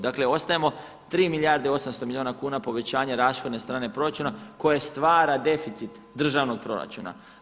Dakle, ostajemo 3 milijarde 800 milijuna kuna povećanja rashodne strane proračuna koje stvara deficit državnog proračuna.